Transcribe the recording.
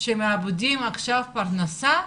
שמאבדים עכשיו את הפרנסה,